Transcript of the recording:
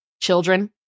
Children